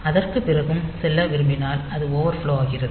அதற்கு பிறகும் செல்ல விரும்பினால் அது ஓவர்ஃப்லோ ஆகிறது